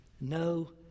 no